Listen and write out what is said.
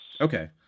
Okay